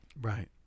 Right